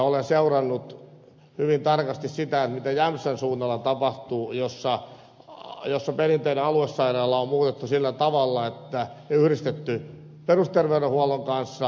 olen seurannut hyvin tarkasti sitä mitä tapahtuu jämsän suunnalla jossa perinteinen aluesairaala on muutettu sillä tavalla että se on yhdistetty perusterveydenhuollon kanssa